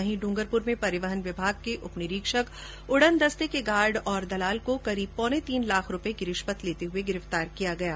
वहीं ड्रंगरपुर में परिवहन विभाग के उपनिरीक्षक उड़न दस्ते के गार्ड और दलाल को करीब पौने तीन लाख रुपये की रिश्वत लेते गिरफ्तार किया है